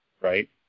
right